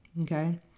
Okay